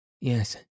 Yes